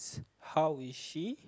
how is she